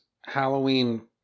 Halloween